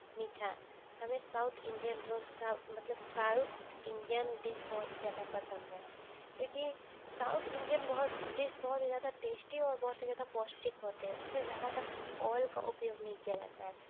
मीठा हमें south Indian dosa मतलब साउथ इंडियन डिस बहुत ही ज़्यादा पसंद है क्योंकि साउथ इंडियन बहुत डिस बहुत ज़्यादा टेस्टी है और बहुत ही ज़्यादा पौष्टिक होते है उसमें ज़्यादातर आयल का उपयोग नहीं किया जाता है